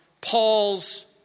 Paul's